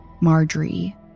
Marjorie